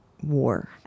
war